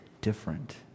different